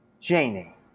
Janie